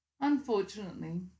Unfortunately